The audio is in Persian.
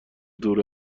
دور